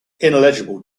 ineligible